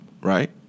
right